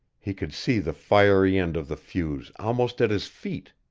he could see the fiery end of the fuse almost at his feet.